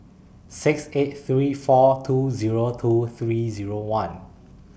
six eight three four two Zero two three Zero one